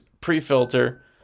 pre-filter